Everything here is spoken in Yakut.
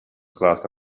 кылааска